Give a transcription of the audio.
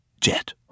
jet